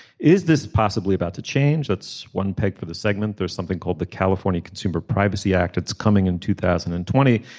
is this possibly about to change. that's one peg for the segment. there's something called the california consumer privacy act. it's coming in two thousand and twenty.